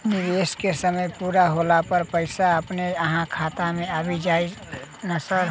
निवेश केँ समय पूरा होला पर पैसा अपने अहाँ खाता मे आबि जाइत नै सर?